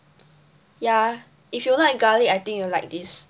ya if you like garlic I think you will like this